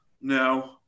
no